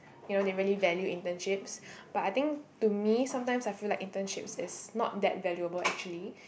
you know they really value internships but I think to me sometimes I feel like internships is not that valuable actually